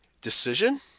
decision